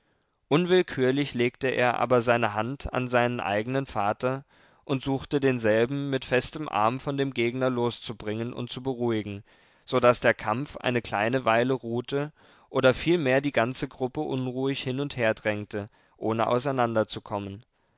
unwillkürlich legte er aber seine hand an seinen eigenen vater und suchte denselben mit festem arm von dem gegner loszubringen und zu beruhigen so daß der kampf eine kleine weile ruhte oder vielmehr die ganze gruppe unruhig hin und her drängte ohne auseinander zu kommen